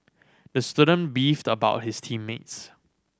the student beefed about his team mates